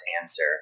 answer